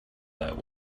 that